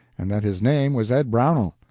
and that his name was ed brownell.